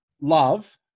love